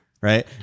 right